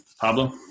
Pablo